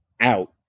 out